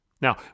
Now